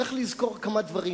צריך לזכור כמה דברים.